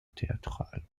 théâtral